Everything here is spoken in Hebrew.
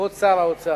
כבוד שר האוצר,